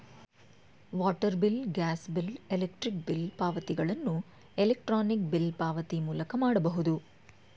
water bill, gas bill, electric bill ಪಾವತಿಗಳನ್ನು electronic bill ಪಾವತಿ ಮೂಲಕ ಮಾಡಬಹುದು